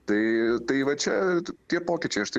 tai tai va čia tie pokyčiai aš tai